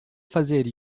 fazer